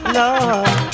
love